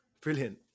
Brilliant